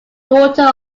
daughter